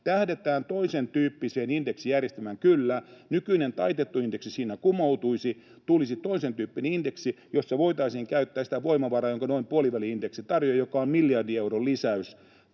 tähdätään toisentyyppiseen indeksijärjestelmään, kyllä. Nykyinen taitettu indeksi siinä kumoutuisi, tulisi toisentyyppinen indeksi, jossa voitaisiin käyttää sitä voimavaraa, jonka noin puoliväli-indeksi tarjoaa ja joka on miljardin euron lisäys